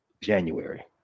January